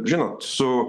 žinot su